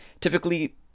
typically